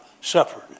suffered